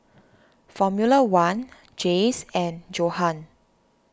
Formula one Jays and Johan